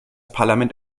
parlament